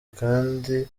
kandi